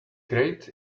great